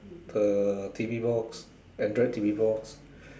the T_V box Android T_V box